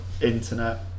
internet